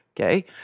Okay